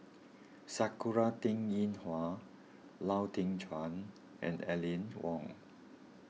Sakura Teng Ying Hua Lau Teng Chuan and Aline Wong